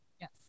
Yes